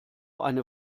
eine